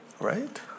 right